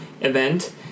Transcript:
event